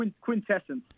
quintessence